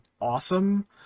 awesome